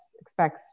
expects